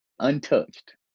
Untouched